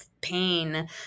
pain